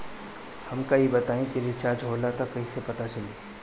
हमका ई बताई कि रिचार्ज होला त कईसे पता चली?